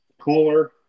Cooler